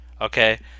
okay